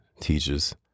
teachers